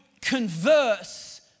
converse